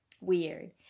weird